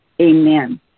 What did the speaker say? Amen